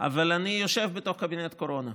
אבל אני יושב בתוך קבינט הקורונה,